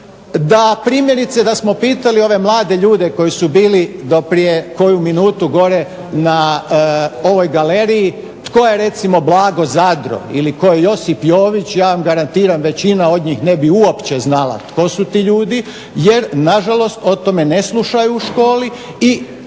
Da primjerice da smo pitali ove mlade ljude koji su bili do prije koju minutu gore na ovoj galeriji tko je recimo Blago Zadro ili tko je Josip Jović ja vam garantiram većina od njih ne bi uopće znala tko su ti ljudi jer nažalost o tome ne slušaju u školi i postoji